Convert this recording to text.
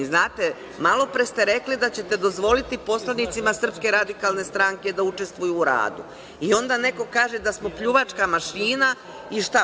Znate, malopre ste rekli da ćete dozvoliti poslanicima SRS da učestvuju u radu i onda neko kaže da smo pljuvačka mašina i šta?